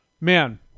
Man